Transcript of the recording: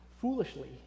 foolishly